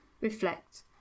reflect